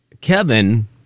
Kevin